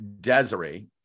Desiree